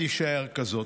תישאר כזאת".